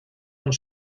und